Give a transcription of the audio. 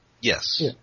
Yes